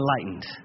enlightened